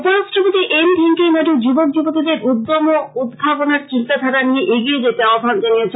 উপরাষ্ট্রপতি এম ভেংকাইয়া নাইড় যুবক যুবতীদের উদ্যম ও উদ্ভাবনার চিন্তাধারা নিয়ে এগিয়ে যেতে আহ্বান জানিয়েছেন